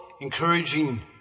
encouraging